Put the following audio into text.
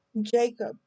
Jacob